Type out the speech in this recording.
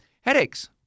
headaches